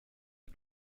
les